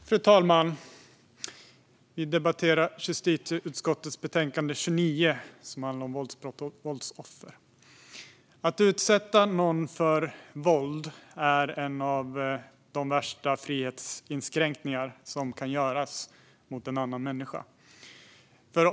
Fru talman! Vi debatterar justitieutskottets betänkande 29 om våldsbrott och brottsoffer. Att utsätta någon för våld är en av de värsta frihetsinskränkningar som kan göras mot en annan människa.